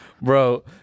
Bro